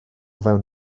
fewn